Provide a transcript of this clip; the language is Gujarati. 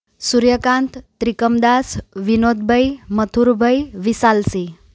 સૂર્યકાંત ત્રિકમદાસ વિનોદભાઈ મથુરભાઈ વિશાલસિંહ